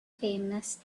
famous